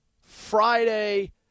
Friday